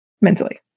mentally